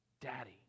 daddy